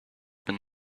been